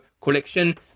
collection